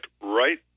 right